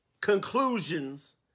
conclusions